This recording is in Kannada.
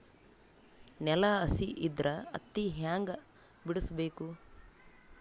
ನೆಲ ಹಸಿ ಇದ್ರ ಹತ್ತಿ ಹ್ಯಾಂಗ ಬಿಡಿಸಬೇಕು?